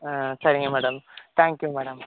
ஆ சரிங்க madam thank you madam